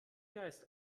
geist